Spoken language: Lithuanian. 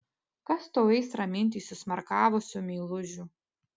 kas tau eis raminti įsismarkavusių meilužių